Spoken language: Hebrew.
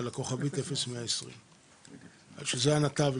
על הכוכבית 0120. זה למעשה הנתב,